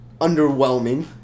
Underwhelming